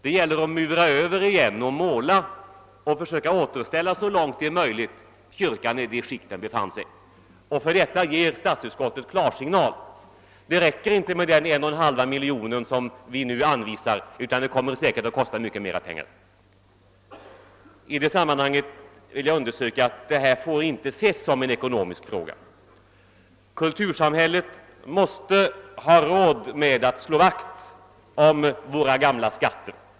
Det gäller att mura över och måla och så långt det är möjligt försöka återställa kyrkan i det skick den tidigare befann sig i. För detta ger statsutskottet klarsignal. Det räcker inte med de 1,5 miljoner kronor som vi nu anvisar, utan det kommer säkert att kosta mycket mer pengar. I detta sammanhang vill jag understryka att detta inte får ses som en ekonomisk fråga. Kultursamhället måste ha råd att slå vakt om våra gamla skatter.